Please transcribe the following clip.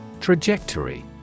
Trajectory